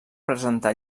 presentar